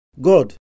God